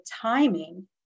timing